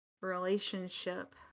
relationship